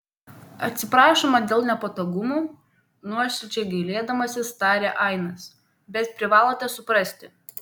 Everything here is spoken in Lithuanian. atsiprašome dėl nepatogumų nuoširdžiai gailėdamasis tarė ainas bet privalote suprasti